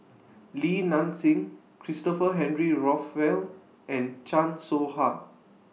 Li Nanxing Christopher Henry Rothwell and Chan Soh Ha